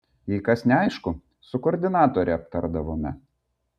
jei kas neaišku su koordinatore aptardavome